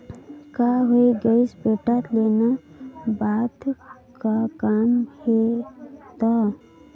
का होये गइस बेटा लेना बता का काम हे त